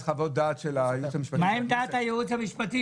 חברת הכנסת סטרוק,